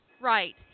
Right